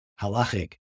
halachic